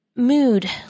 mood